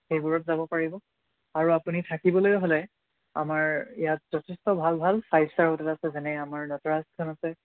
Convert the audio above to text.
সেইবোৰত যাব পাৰিব আৰু আপুনি থাকিবলৈ হ'লে আমাৰ ইয়াত যথেষ্ট ভাল ভাল ফাইভ ষ্টাৰ হোটেল আছে যেনে আমাৰ নটৰাজখন আছে